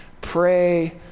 Pray